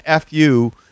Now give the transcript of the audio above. FU